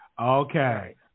Okay